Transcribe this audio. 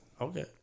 Okay